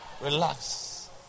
Relax